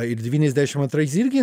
ir devyniasdešimt antrais irgi